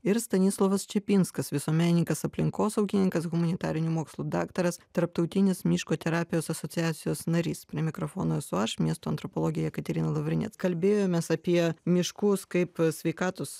ir stanislovas čepinskas visuomenininkas aplinkosaugininkas humanitarinių mokslų daktaras tarptautinis miško terapijos asociacijos narys prie mikrofono esu aš miesto antropologė jekaterina lavriniec kalbėjomės apie miškus kaip sveikatos